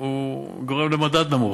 גורם למדד נמוך,